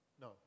No